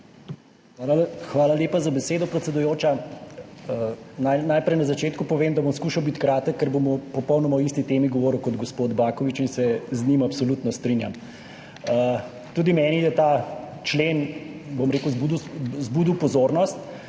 Hvala lepa za besedo, predsedujoča. Naj najprej na začetku povem, da bom skušal biti kratek, ker bom govoril o popolnoma o isti temi kot gospod Baković in se z njim absolutno strinjam. Tudi meni je ta člen zbudil pozornost,